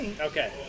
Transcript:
Okay